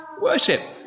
Worship